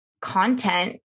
content